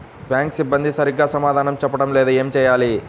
Bank సిబ్బంది సరిగ్గా సమాధానం చెప్పటం లేదు ఏం చెయ్యాలి?